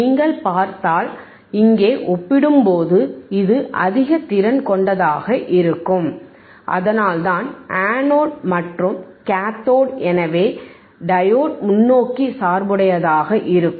நீங்கள் பார்ப்பதால் இங்கே ஒப்பிடும்போது இது அதிக திறன் கொண்டதாக இருக்கும் அதனால்தான் அனோட் மற்றும் கேத்தோடு எனவே டையோடு முன்னோக்கி சார்புடையதாக இருக்கும்